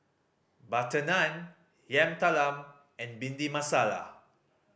butter naan Yam Talam and Bhindi Masala